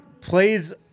plays